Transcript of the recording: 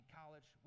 college